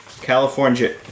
California